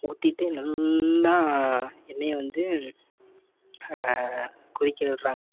ஊற்றிட்டு நல்லா எண்ணெயை வந்து கொதிக்க விடுறாங்க